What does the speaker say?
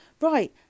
right